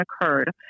occurred